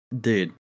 Dude